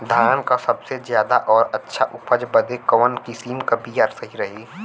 धान क सबसे ज्यादा और अच्छा उपज बदे कवन किसीम क बिया सही रही?